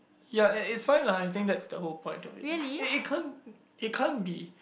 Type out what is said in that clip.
ya it it it's fine lah I think that's the whole point of it it it can't it can't be